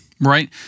Right